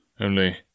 Only